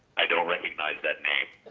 i don't recognize that name.